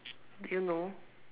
did you know